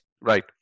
Right